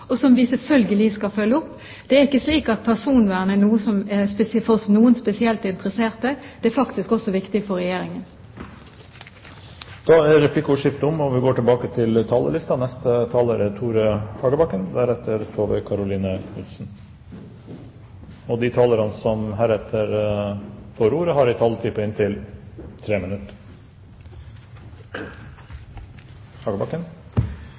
noe som er viet stor oppmerksomhet også i proposisjonen, og som vi selvfølgelig skal følge opp. Det er ikke slik at personvernet er noe som er for noen spesielt interesserte. Det er faktisk også viktig for Regjeringen. Replikkordskiftet er omme. De talere som heretter får ordet, har en taletid på inntil